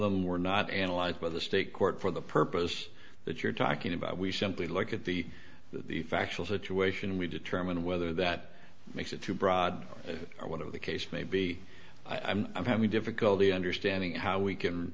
them were not analyzed by the state court for the purpose that you're talking about we simply look at the the factual situation and we determine whether that makes it too broad or whatever the case may be i'm having difficulty understanding how we can